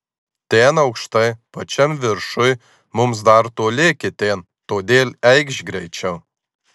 ten aukštai pačiam viršuj mums dar toli iki ten todėl eikš greičiau